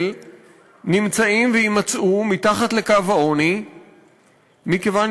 נמצאים ויימצאו מתחת לקו העוני מכיוון